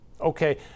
Okay